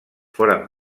foren